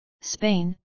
Spain